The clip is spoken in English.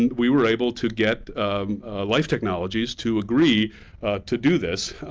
and we were able to get life technologies to agree to do this.